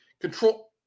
control